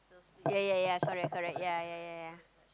ya ya ya correct correct ya ya ya ya ya